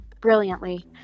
brilliantly